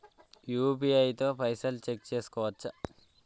UPI తో పైసల్ check చేసుకోవచ్చా?